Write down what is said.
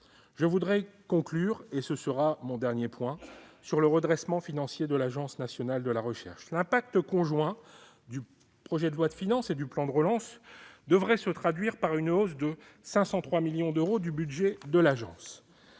». Mon quatrième et dernier point portera sur le redressement financier de l'Agence nationale de la recherche (ANR). L'impact conjoint du projet de loi de finances et du plan de relance devrait se traduire par une hausse de 503 millions d'euros du budget de l'Agence.